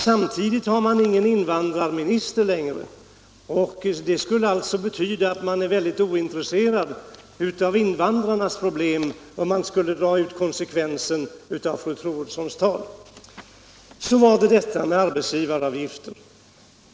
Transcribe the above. Samtidigt har man ingen invandrarminister längre. Skulle man dra konsekvensen av det fru Troedsson säger skulle det alltså betyda att regeringen är mycket ointresserad av invandrarnas problem. Så detta med arbetsgivaravgiften.